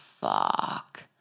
fuck